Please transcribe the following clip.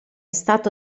stato